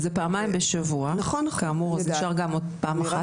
זה פעמיים בשבוע כאמור, כלומר נשארה פעם אחת.